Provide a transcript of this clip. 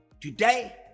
Today